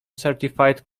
certified